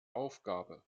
aufgabe